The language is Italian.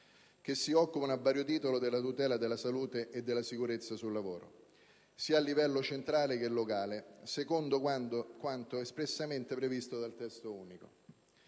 che si occupano, a vario titolo, della tutela della salute e della sicurezza sul lavoro, sia a livello centrale che locale, secondo quanto espressamente previsto dal Testo unico.